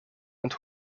und